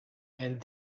and